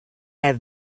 have